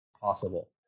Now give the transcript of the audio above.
possible